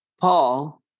Paul